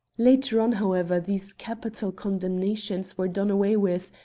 later on, however, these capital condem nations were done away with,